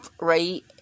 right